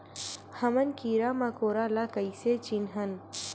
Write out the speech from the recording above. हमन कीरा मकोरा ला कइसे चिन्हन?